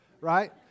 right